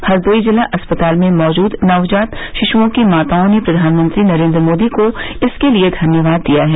हरदोई जिला अस्पताल में मौजूद नवजात शिशुओं की माताओं ने प्रधानमंत्री नरेन्द्र मोदी को इसके लिए धन्यवाद दिया है